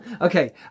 okay